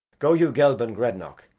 go you, gelban grednach,